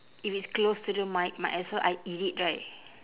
if it's close to the mic might as well I eat it right